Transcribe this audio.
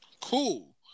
cool